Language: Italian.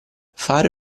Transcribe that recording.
fare